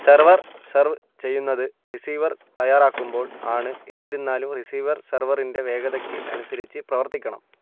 server serve ചെയുന്നത് receiver തയ്യാറാക്കുമ്പോൾ ആണ് എന്നിരുന്നാലും റിസീവർ സെർവറിൻ്റെ വേഗതയ്ക്ക് അനുസരിച്ച് പ്രവർത്തിക്കണം